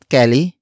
Kelly